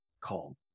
called